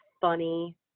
funny